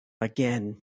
again